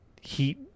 heat